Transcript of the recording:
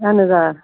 اَہَن حظ آ